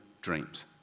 dreams